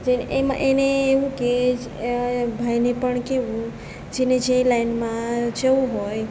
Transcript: કે એમાં એને એવું થયું કે ભાઈને પણ કેવું જેને જે લાઈનમાં જવું હોય